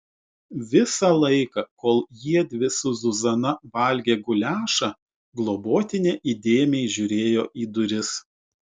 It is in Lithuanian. visą laiką kol jiedvi su zuzana valgė guliašą globotinė įdėmiai žiūrėjo į duris